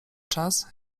czas